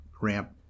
ramp